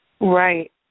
Right